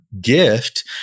gift